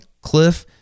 Cliff